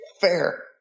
Fair